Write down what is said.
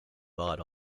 bought